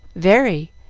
very,